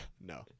No